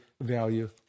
value